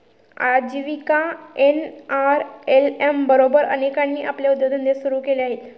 आजीविका एन.आर.एल.एम बरोबर अनेकांनी आपले उद्योगधंदे सुरू केले आहेत